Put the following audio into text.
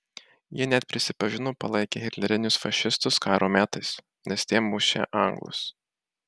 jie net prisipažino palaikę hitlerinius fašistus karo metais nes tie mušę anglus